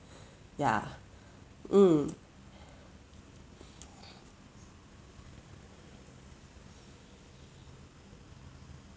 yeah mm